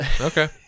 Okay